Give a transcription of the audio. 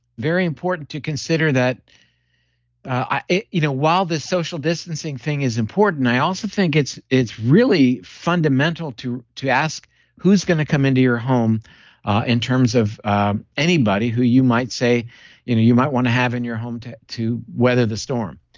very important to consider that you know while this social distancing thing is important, i also think it's it's really fundamental to to ask who's going to come into your home in terms of anybody who you might say you you might want to have in your home to to weather the storm.